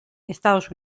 estados